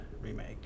Remake